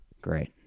Great